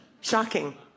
Shocking